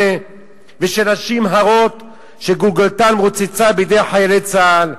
ושל נשים הרות שגולגולתן רוצצה בידי חיילי צה"ל,